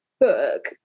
book